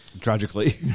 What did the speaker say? Tragically